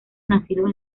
nacidos